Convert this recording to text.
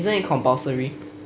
isn't it compulsory